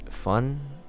fun